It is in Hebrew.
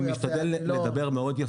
אני משתדל לדבר מאוד יפה.